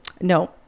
No